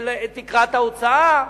של תקרת ההוצאה,